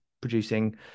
producing